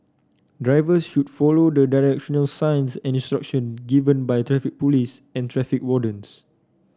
drivers should follow the directional signs and instruction given by the Traffic Police and traffic wardens